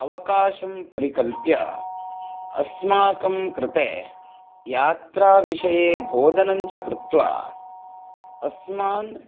अवकाशं परिकल्प्य अस्माकं कृते यात्राविषये बोधनं च कृत्वा अस्मान्